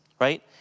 right